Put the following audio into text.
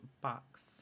box